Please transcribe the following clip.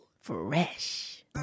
fresh